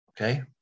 okay